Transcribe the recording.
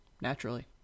naturally